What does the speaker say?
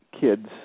kids